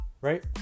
Right